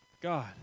God